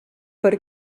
per